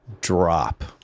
drop